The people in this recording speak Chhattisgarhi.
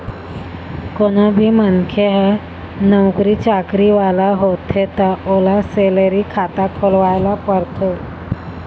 कोनो भी मनखे ह नउकरी चाकरी वाला होथे त ओला सेलरी खाता खोलवाए ल परथे